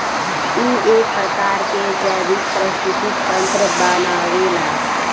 इ एक प्रकार के जैविक परिस्थितिक तंत्र बनावेला